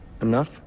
Enough